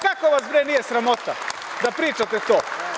Kako vas bre nije sramota da pričate to?